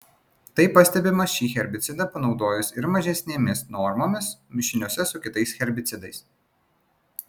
tai pastebima šį herbicidą panaudojus ir mažesnėmis normomis mišiniuose su kitais herbicidais